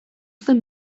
zen